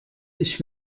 ich